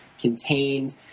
contained